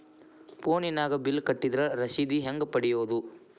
ಫೋನಿನಾಗ ಬಿಲ್ ಕಟ್ಟದ್ರ ರಶೇದಿ ಹೆಂಗ್ ಪಡೆಯೋದು?